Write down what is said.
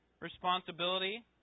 responsibility